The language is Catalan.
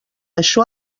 això